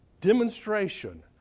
demonstration